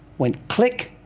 went click,